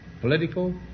political